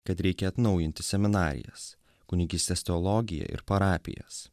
kad reikia atnaujinti seminarijas kunigystės teologiją ir parapijas